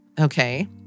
okay